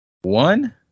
one